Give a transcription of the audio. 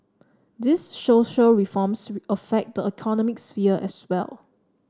these social reforms affect the economic sphere as well